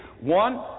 One